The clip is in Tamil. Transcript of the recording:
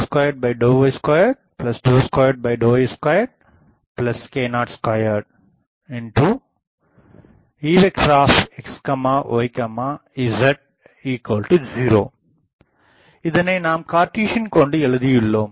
Ə2Əx2Ə2Əy2Ə2Əz2k02Exyz0 இதனை நாம் கார்ட்டீசியன் கொண்டு எழுதியுள்ளோம்